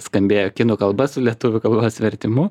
skambėjo kinų kalba su lietuvių kalbos vertimu